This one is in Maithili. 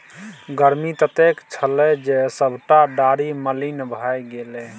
गर्मी ततेक छल जे सभटा डारि मलिन भए गेलै